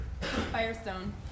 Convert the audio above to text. Firestone